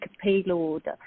payload